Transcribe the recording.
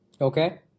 Okay